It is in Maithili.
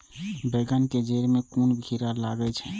बेंगन के जेड़ में कुन कीरा लागे छै?